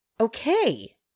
Okay